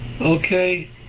Okay